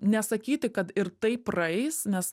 nesakyti kad ir tai praeis nes